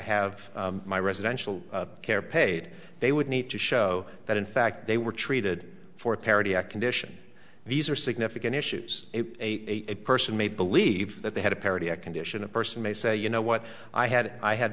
have my residential care paid they would need to show that in fact they were treated for parity a condition these are significant issues a person may believe that they had a parity a condition a person may say you know what i had i had